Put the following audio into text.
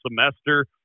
semester